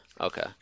okay